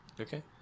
Okay